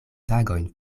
tagojn